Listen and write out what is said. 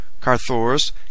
Carthoris